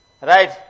right